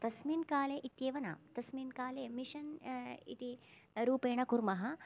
तस्मिन् काले इत्येव न तस्मिन् काले मिशन् इति रूपेण कुर्मः